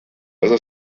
other